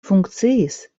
funkciis